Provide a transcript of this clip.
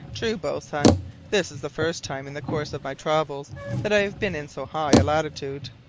true, boatswain this is the first time in the course of my travels that i have been in so high a latitude.